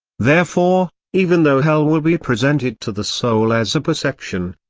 therefore, even though hell will be presented to the soul as a perception,